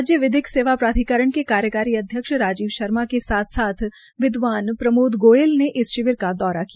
राज्य विधिक सेवा प्राधिकरण के कार्यकारी अध्यक्ष राजीव शर्मा के साथ विद्वान प्रमोद गोयल ने इस शिविर का दौरा किया